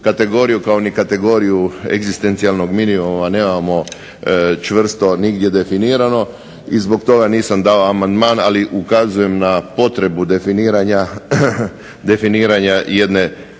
kategoriju kao ni kategoriju egzistencijalnog minimuma nemamo čvrsto nigdje definirano i zbog toga nisam dao amandman, ali ukazujem na potrebu definiranja jednog